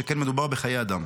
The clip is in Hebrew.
שכן מדובר בחיי אדם,